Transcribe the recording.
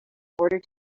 order